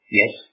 yes